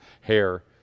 hair